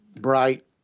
bright